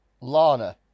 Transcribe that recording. Lana